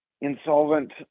insolvent